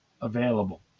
available